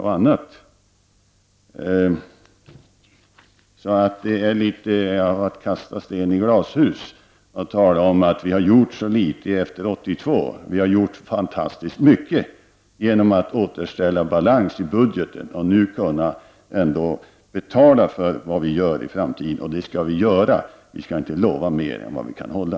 Att tala om att mycket litet har gjorts efter 1982 är nog att kasta sten i glashus. Vi har faktiskt gjort fantastiskt mycket i och med att vi har återställt balansen i budgeten. Nu kan vi betala för vad vi gör i framtiden, och så skall det vara. Vi skall inte lova mer än vi kan hålla.